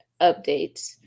updates